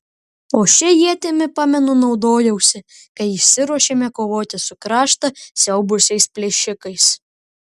o šia ietimi pamenu naudojausi kai išsiruošėme kovoti su kraštą siaubusiais plėšikais